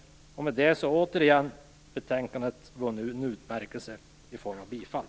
I och med det har hemställan i betänkandet återigen vunnit en utmärkelse i form av bifall.